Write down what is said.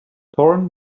torn